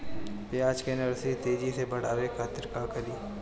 प्याज के नर्सरी तेजी से बढ़ावे के खातिर का करी?